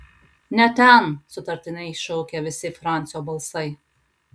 ne ten sutartinai šaukė visi francio balsai